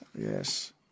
Yes